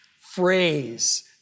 phrase